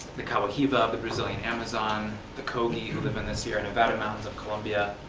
the kawahiva of the brazilian amazon, the kogi, who live in the sierra nevada mountains of columbia,